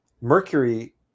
mercury